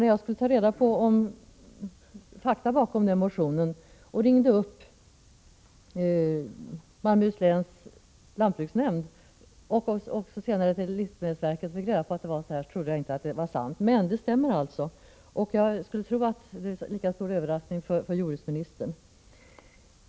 När jag skulle ta reda på fakta bakom den motionen och ringde till Malmöhus läns lantbruksnämnd och senare även till livsmedelverket och fick reda på att det förhöll sig så här, trodde jag inte att det var sant. Men det stämmer alltså, och jag skulle tro att detta var en lika stor överraskning för jordbruksministern.